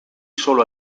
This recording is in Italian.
solo